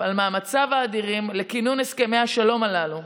על מאמציו האדירים לכינון הסכמי השלום הללו.